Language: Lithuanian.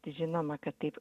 žinoma kad taip